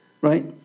right